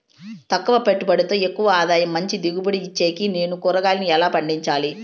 తక్కువ పెట్టుబడితో ఎక్కువగా ఆదాయం మంచి దిగుబడి ఇచ్చేకి నేను కూరగాయలను ఎలా పండించాలి?